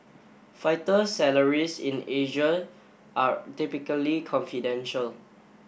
fighter salaries in Asia are typically confidential